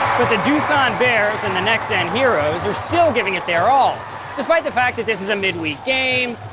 but the doosan bears and the nexen heroes are still giving it their all despite the fact that this is a mid-week game,